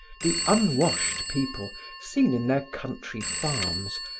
the unwashed people, seen in their country farms,